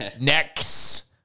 Next